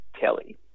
Kelly